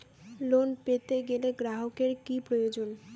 Loan পেতে গেলে গ্রাহকের কি প্রয়োজন?